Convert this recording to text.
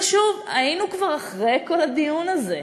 אבל שוב, היינו כבר אחרי כל הדיון הזה,